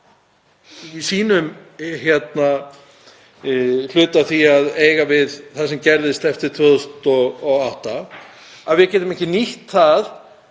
í sínum hluta eftir að hafa átt við það sem gerðist eftir 2008, að við getum ekki nýtt það